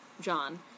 John